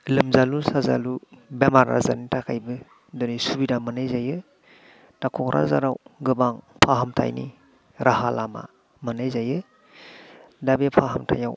लोमजालु साजालु बेराम आजारनि थाखायबो दोनै सुबिदा मोननाय जायो दा क'क्राझाराव गोबां फाहाथायनि राहा लामा मोननाय जायो दा बे फाहामथायाव